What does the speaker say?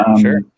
Sure